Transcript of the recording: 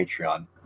Patreon